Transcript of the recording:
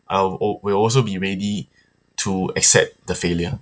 I will al~ will also be ready to accept the failure